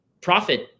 Profit